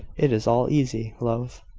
it is all easy, love,